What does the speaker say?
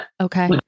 Okay